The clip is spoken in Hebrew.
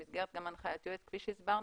גם במסגרת הנחיית יועץ כפי שהסברנו,